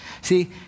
See